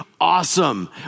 awesome